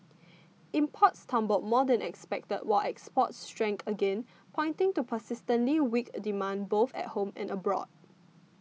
imports tumbled more than expected while exports shrank again pointing to persistently weak demand both at home and abroad